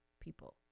people